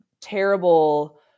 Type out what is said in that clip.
terrible